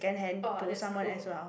oh that's cool